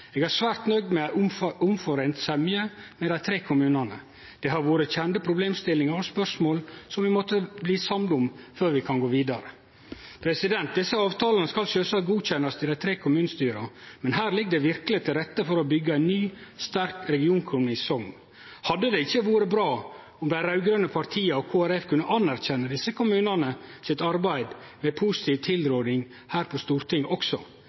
eg trur er ei veldig realistisk og framtidsretta plattform for ein ny kommune». Ordføraren i Sogndal var godt nøgd etter at forhandlingsavtalen var i boks. Han var svært nøgd med ei omforeint semje med dei tre kommunane og sa det hadde vore kjende problemstillingar og spørsmål som dei måtte bli samde om før dei kunne gå vidare. Desse avtalane skal sjølvsagt godkjennast i dei tre kommunestyra, men her ligg det verkeleg til rette for å byggje ein ny, sterk regionkommune i Sogn. Hadde det ikkje vore bra om dei